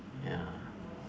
ya